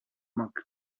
monk